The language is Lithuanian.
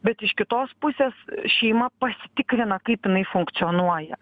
bet iš kitos pusės šeima pasitikrina kaip jinai funkcionuoja